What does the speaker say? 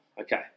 okay